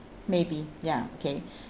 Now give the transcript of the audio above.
maybe ya okay